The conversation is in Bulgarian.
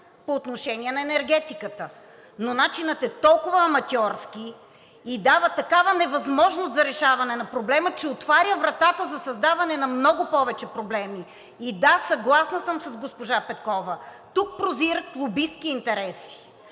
по отношение на енергетиката, но начинът е толкова аматьорски и дава такава невъзможност за решаване на проблема, че отваря вратата за създаване на много повече проблеми. И да, съгласна съм с госпожа Петкова, тук прозират лобистки интереси.